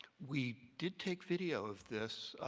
we did take video of this,